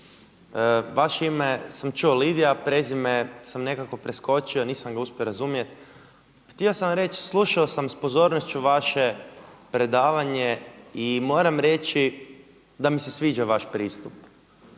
vaše ime sam čuo Lidija, prezime sam nekako preskočio, nisam ga uspio razumjeti. Htio sam reći, slušao sam sa pozornošću vaše predavanje i moram reći da mi se sviđa vaš pristup